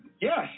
Yes